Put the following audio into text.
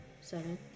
Seven